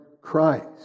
Christ